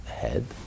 head